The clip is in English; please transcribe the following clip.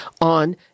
on